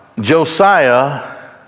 Josiah